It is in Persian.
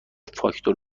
فاکتور